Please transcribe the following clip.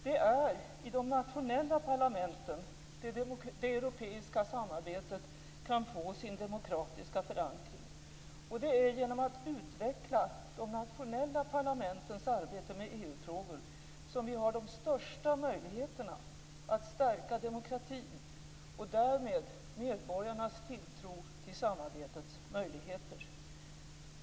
Det är i de nationella parlamenten det europeiska samarbetet kan få sin demokratiska förankring, och det är genom att utveckla de nationella parlamentens arbete med EU-frågor som vi har de största möjligheterna att stärka demokratin och därmed medborgarnas tilltro till samarbetets möjligheter.